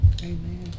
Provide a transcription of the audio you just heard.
Amen